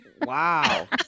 Wow